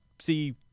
see